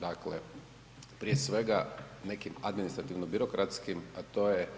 Dakle, prije svega nekim administrativno birokratskim, a to je